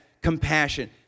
compassion